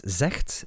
zegt